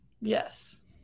Yes